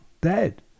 dead